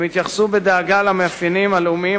הם התייחסו בדאגה למאפיינים הלאומיים,